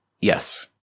yes